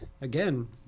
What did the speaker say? Again